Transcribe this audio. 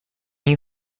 you